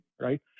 right